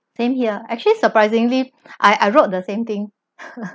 same here actually surprisingly I I wrote the same thing